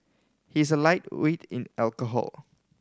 he's a lightweight in alcohol